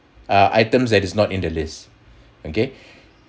uh items that is not in the list okay